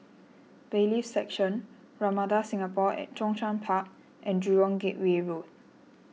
Bailiffs' Section Ramada Singapore at Zhongshan Park and Jurong Gateway Road